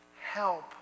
Help